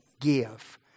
give